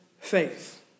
faith